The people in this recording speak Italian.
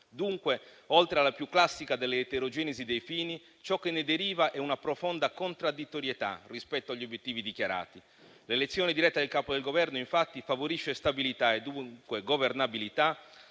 Dunque, oltre alla più classica delle eterogenesi dei fini, ciò che ne deriva è una profonda contraddittorietà rispetto agli obiettivi dichiarati. L'elezione diretta del Capo del Governo, infatti, favorisce stabilità e dunque governabilità